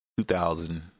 2000